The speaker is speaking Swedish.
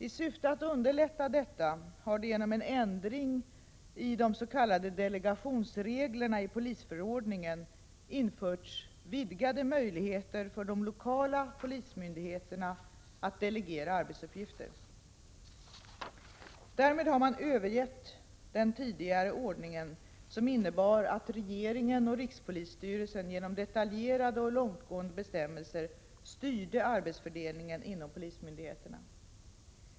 I syfte att underlätta detta har det genom en ändring i de s.k. delegationsreglerna i polisförordningen införts vidgade möjligheter för de lokala polismyndigheterna att delegera arbetsuppgifter. Därmed har man övergett den tidigare ordningen som innebar att regeringen och rikspolisstyrelsen genom detaljerade och långtgående bestämmelser styrde arbetsfördelningen inom polismyndigheterna.